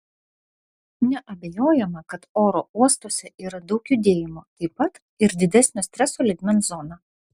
neabejojama kad oro uostuose yra daug judėjimo taip pat ir didesnio streso lygmens zona